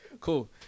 Cool